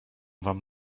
wam